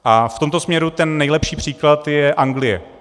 A v tomto směru nejlepší příklad je Anglie.